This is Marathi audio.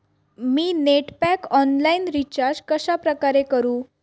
मी नेट पॅक ऑनलाईन रिचार्ज कशाप्रकारे करु?